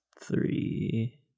three